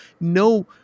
no